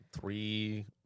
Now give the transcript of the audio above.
Three